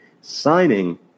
Signing